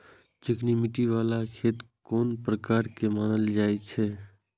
चिकनी मिट्टी बाला खेत कोन प्रकार के मानल जाय छै?